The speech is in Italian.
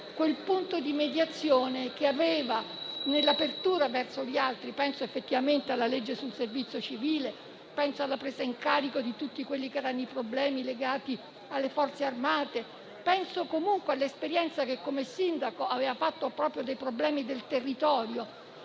quel punto di mediazione che nell'apertura verso gli altri - penso effettivamente alla legge sul servizio civile; penso alla presa in carico di tutti i problemi legati alle Forze armate; penso comunque all'esperienza che come sindaco aveva fatto proprio dei problemi del territorio,